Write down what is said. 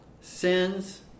sins